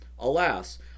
Alas